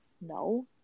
no